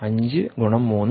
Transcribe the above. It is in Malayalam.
5 ഗുണം 3 1